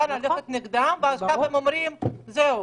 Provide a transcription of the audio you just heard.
ללכת נגדם ועכשיו הם אומרים: זהו.